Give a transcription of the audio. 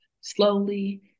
slowly